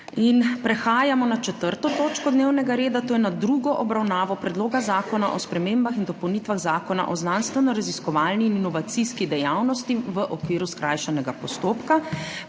s prekinjeno 4. točko dnevnega reda, to je s tretjo obravnavo Predloga zakona o spremembah in dopolnitvah Zakona o znanstvenoraziskovalni in inovacijski dejavnosti v okviru skrajšanega postopka**.